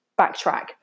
backtrack